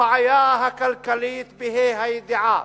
הבעיה הכלכלית, בה"א הידיעה,